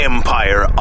Empire